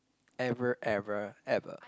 ever ever ever